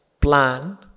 plan